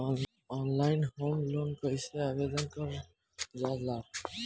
Online home loan कैसे आवेदन करल जा ला?